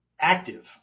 active